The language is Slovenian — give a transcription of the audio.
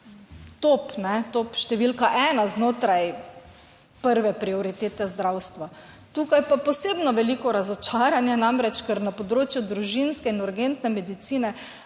top številka 1 znotraj prve prioritete zdravstva. Tukaj je pa posebno veliko razočaranje, namreč, ker na področju družinske in urgentne medicine.